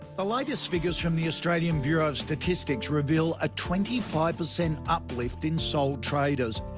the latest figures from the australia and bureau of statistics reveal a twenty five percent uplift in sole traders.